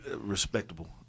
respectable